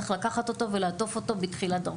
צריך לקחת ולעטוף אותו בתחילת דרכו.